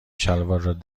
شلوار